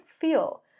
feel